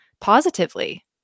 positively